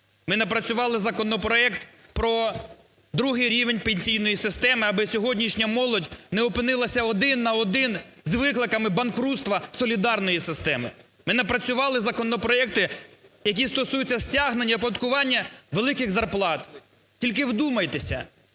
Ми напрацювали законопроект про другий рівень пенсійної системи, аби сьогоднішня молодь не опинилася один на один з викликами банкрутства солідарної системи, ми напрацювали законопроекти, які стосуються стягнення оподаткування великих зарплат. Тільки вдумайтеся: